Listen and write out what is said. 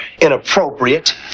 inappropriate